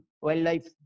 wildlife